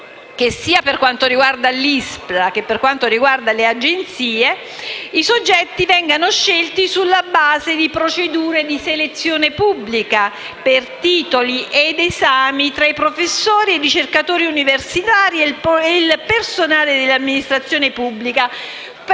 che sia per quanto riguarda l'ISPRA che per quanto riguarda le Agenzie, i soggetti vengano scelti sulla base di procedure di selezione pubblica per titoli ed esami tra professori, ricercatori universitari e il personale dell'amministrazione pubblica,